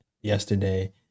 yesterday